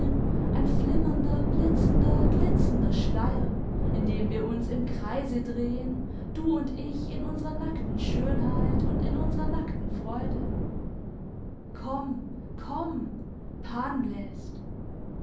ein flimmernder blitzender glitzernder schleier in dem wir uns im kreise drehen du und ich in unserer nackten schönheit und in unserer nackten freude komm komm